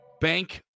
bank